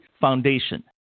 Foundation